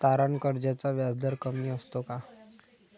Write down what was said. तारण कर्जाचा व्याजदर कमी असतो का?